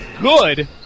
good